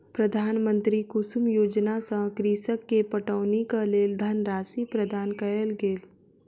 प्रधानमंत्री कुसुम योजना सॅ कृषक के पटौनीक लेल धनराशि प्रदान कयल गेल